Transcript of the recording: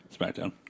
SmackDown